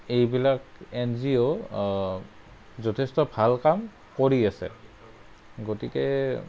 এইবিলাক N G O যথেষ্ট ভাল কাম কৰি আছে গতিকে